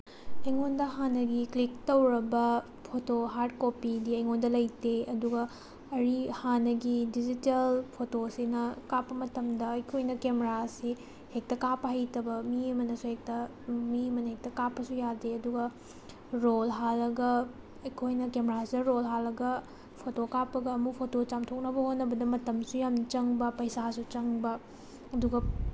ꯑꯩꯉꯣꯟꯗ ꯍꯥꯟꯅꯒꯤ ꯀ꯭ꯂꯤꯛ ꯇꯧꯔꯕ ꯐꯣꯇꯣ ꯍꯥꯔꯠ ꯀꯣꯄꯤꯗꯤ ꯑꯩꯉꯣꯟꯗ ꯂꯩꯇꯦ ꯑꯗꯨꯒ ꯍꯥꯟꯅꯒꯤ ꯗꯤꯖꯤꯇꯦꯜ ꯐꯣꯇꯣꯁꯤꯅ ꯀꯥꯞꯄ ꯃꯇꯝꯗ ꯑꯩꯈꯣꯏꯅ ꯀꯦꯃꯔꯥ ꯑꯁꯤ ꯍꯦꯛꯇ ꯀꯥꯞꯞ ꯍꯩꯇꯕ ꯃꯤ ꯑꯃꯅꯁꯨ ꯍꯦꯛꯇ ꯃꯤ ꯑꯃꯅ ꯍꯦꯛꯇ ꯀꯥꯞꯄꯁꯨ ꯌꯥꯗꯦ ꯑꯗꯨꯒ ꯔꯣꯜ ꯍꯥꯜꯂꯒ ꯑꯩꯈꯣꯏꯅ ꯀꯦꯃꯦꯔꯥꯁꯤꯗ ꯔꯣꯜ ꯍꯥꯜꯂꯒ ꯐꯣꯇꯣ ꯀꯥꯞꯄꯒ ꯑꯃꯨꯛ ꯐꯣꯇꯣ ꯆꯥꯝꯊꯣꯛꯅꯕ ꯍꯣꯠꯅꯕꯗ ꯃꯇꯝꯁꯨ ꯌꯥꯝ ꯆꯪꯕ ꯄꯩꯁꯥꯁꯨ ꯆꯪꯕ ꯑꯗꯨꯒ